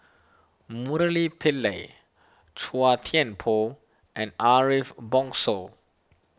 Murali Pillai Chua Thian Poh and Ariff Bongso